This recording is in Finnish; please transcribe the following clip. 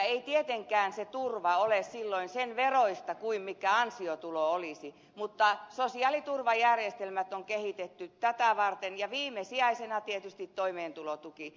ei tietenkään se turva ole silloin sen veroista kuin mikä ansiotulo olisi mutta sosiaaliturvajärjestelmät on kehitetty tätä varten ja viimesijaisena tietysti toimeentulotuki